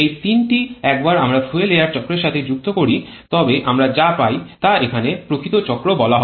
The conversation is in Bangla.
এই ৩ টি একবার আমরা ফুয়েল এয়ার চক্রের সাথে যুক্ত করি তবে আমরা যা পাই তা এখানে প্রকৃত চক্র বলা হয়